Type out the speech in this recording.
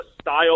style